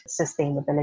sustainability